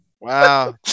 Wow